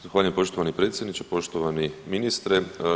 Zahvaljujem poštovani predsjedniče,, poštovani ministre.